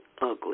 ugly